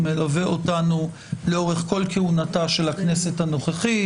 הוא מלווה אותנו לאורך כל כהונתה של הכנסת הנוכחית,